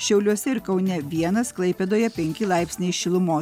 šiauliuose ir kaune vienas klaipėdoje penki laipsniai šilumos